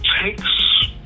takes